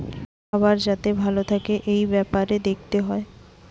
খাবার যাতে ভালো থাকে এই বেপারে দেখতে হয়